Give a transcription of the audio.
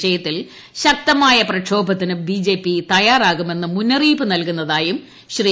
വിഷയത്തിൽ ശക്തമായ പ്രക്ഷോഭത്തിന് ബിജെപി തയ്യാറാകുമെന്ന് മുന്നറിയിപ്പ് നൽകുന്നതായും ശ്രീ